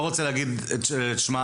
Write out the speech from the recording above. לא רוצה להגיד את שמם,